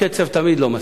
הקצב תמיד לא מספיק.